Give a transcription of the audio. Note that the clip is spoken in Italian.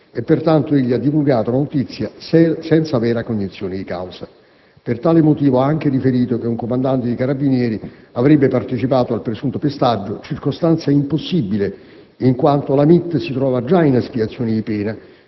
e pertanto egli ha divulgato la notizia senza vera cognizione di causa; per tale motivo ha anche riferito che un comandante dei Carabinieri avrebbe partecipato al presunto pestaggio, circostanza impossibile, in quanto l'Hamit si trovava già in espiazione pena